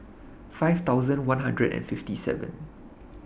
five thousand one hundred and fifty seven